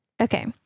Okay